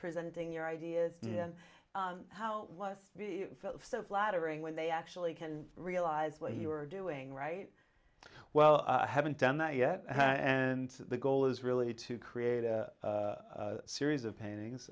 presenting your ideas in how flattering when they actually can realize what he were doing right well i haven't done that yet and the goal is really to create a series of paintings